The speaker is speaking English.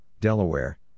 Delaware